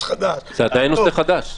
זה עדיין נושא חדש.